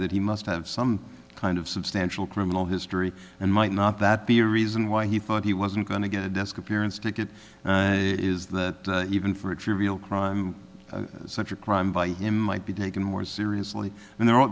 that he must have some kind of substantial criminal history and might not that be a reason why he thought he wasn't going to get a desk appearance ticket is that even for a trivial crime such a crime by him might be taken more seriously and there al